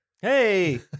Hey